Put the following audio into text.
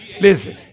listen